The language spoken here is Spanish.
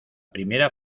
primera